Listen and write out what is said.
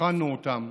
הכנו אותם,